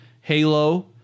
Halo